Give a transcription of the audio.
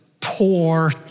poor